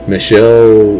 Michelle